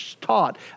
taught